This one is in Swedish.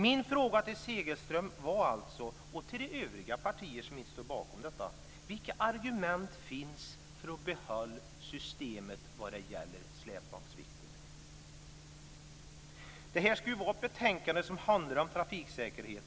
Min fråga till Segelström och till övriga partier som står bakom detta var alltså: Vilka argument finns för att behålla systemet vad gäller släpvagnsvikter? Det här skulle vara ett betänkande som handlar om trafiksäkerhet.